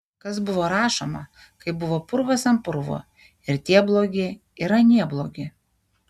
kas buvo rašoma kai buvo purvas ant purvo ir tie blogi ir anie blogi